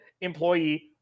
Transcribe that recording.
employee